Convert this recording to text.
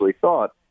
thought